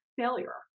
failure